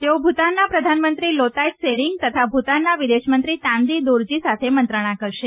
તેઓ ભૂતાનના પ્રધાનમંત્રી લોતાય ત્સેરીંગ તથા ભૂતાનના વિદેશમંત્રી તાંદી દોરજી સાથે મંત્રણા કરશે